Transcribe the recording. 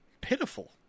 Pitiful